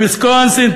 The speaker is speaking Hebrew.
ויסקונסין,